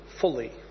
fully